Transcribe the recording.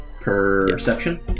perception